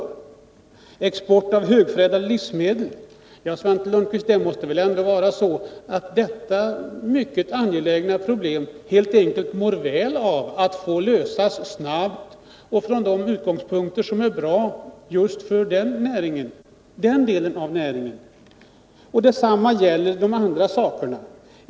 När det gäller export av högförädlade livsmedel måste det väl, Svante Lundkvist, ändå vara så att detta mycket angelägna problem helt enkelt mår väl av att få lösas snabbt och från de utgångspunkter som är bra just för den delen av näringen. Detsamma gäller de andra sakerna.